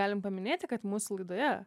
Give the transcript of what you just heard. galim paminėti kad mūsų laidoje